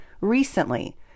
recently